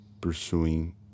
pursuing